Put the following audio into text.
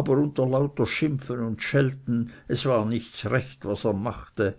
aber unter lauter schimpfen und schelten es war nichts recht was er machte